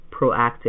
proactive